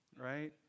right